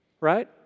Right